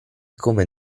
come